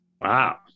Wow